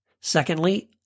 Secondly